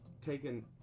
taken